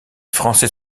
français